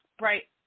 Right